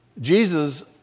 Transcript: Jesus